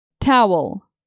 Towel